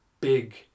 big